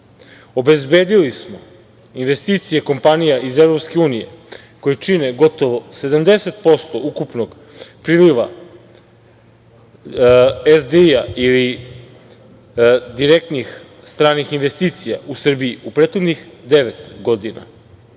Obezbedili smo investicije kompanija iz EU koje čine gotovo 70% ukupnog priliva SDI ili direktnih stranih investicija u Srbiji u prethodnih devet godina